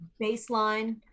baseline